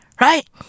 Right